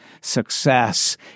success